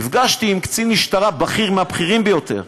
נפגשתי עם קצין משטרה בכיר, מהבכירים ביותר.